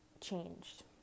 changed